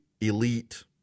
elite